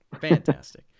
Fantastic